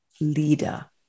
leader